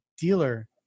dealer